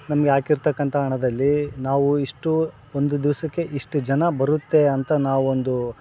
ನಮಗೆ ಹಾಕಿರ್ತಕ್ಕಂಥ ಹಣದಲ್ಲಿ ನಾವು ಇಷ್ಟು ಒಂದು ದಿವಸಕ್ಕೆ ಇಷ್ಟು ಜನ ಬರುತ್ತೆ ಅಂತ ನಾವು ಒಂದು